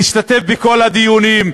נשתתף בכל הדיונים,